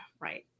right